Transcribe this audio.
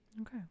Okay